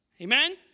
Amen